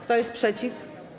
Kto jest przeciw?